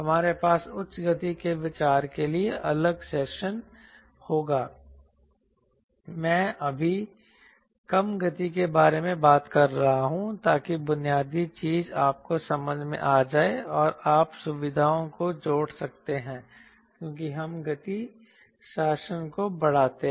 हमारे पास उच्च गति के विचार के लिए अलग सेशन होगा मैं अभी कम गति के बारे में बात कर रहा हूं ताकि बुनियादी चीज आपको समझ में आ जाए और आप सुविधाओं को जोड़ सकते हैं क्योंकि हम गति शासन को बढ़ाते हैं